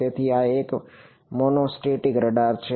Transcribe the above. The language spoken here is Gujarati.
તેથી આ એક મોનોસ્ટેટિક રડાર છે